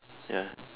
ya